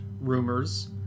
Rumors